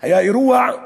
היה אירוע,